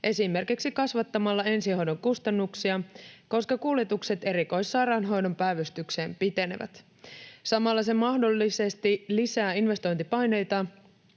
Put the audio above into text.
esimerkiksi kasvattamalla ensihoidon kustannuksia, koska kuljetukset erikoissairaanhoidon päivystykseen pitenevät. Samalla se mahdollisesti lisää investointipaineita